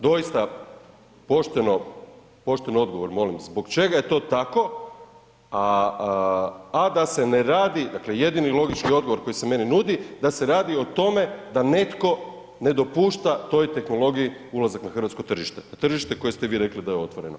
Doista, pošten odgovor molim, zbog čega je to tako a da se ne radi, dakle jedini logički odgovor koji se meni nudi da se radi o tome da netko ne dopušta toj tehnologiji ulazak na hrvatsko tržište, tržište koje ste vi rekli da je otvoreno?